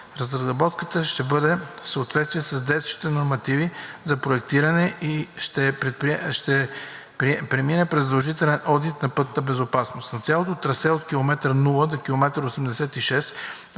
Разработката ще бъде в съответствие с действащите нормативи за проектиране и ще премине през задължителен одит на пътната безопасност. На цялото трасе от км 0 до км 86